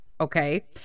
Okay